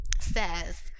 says